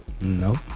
Nope